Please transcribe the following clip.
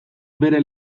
bere